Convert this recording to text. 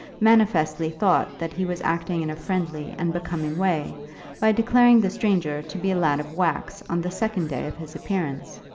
manifestly thought that he was acting in a friendly and becoming way by declaring the stranger to be a lad of wax on the second day of his appearance.